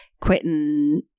quitting